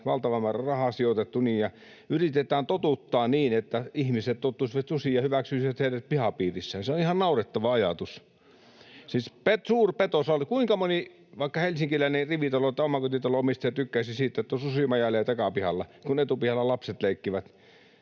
valtava määrä rahaa sijoitettu. Yritetään totuttaa ihmisiä niin, että ihmiset tottuisivat susiin ja hyväksyisivät heidät pihapiirissänsä. Se on ihan naurettava ajatus. Siis suurpeto. Kuinka moni vaikka helsinkiläinen rivitalon tai omakotitalon omistaja tykkäisi siitä, että susi majailee takapihalla, kun etupihalla lapset leikkivät?